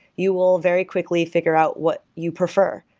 you will very quickly figure out what you prefer.